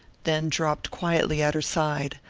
then dropped quietly at her side,